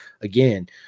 again